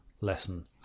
lesson